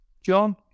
John